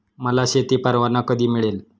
मला शेती परवाना कधी मिळेल?